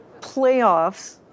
playoffs